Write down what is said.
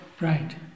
Right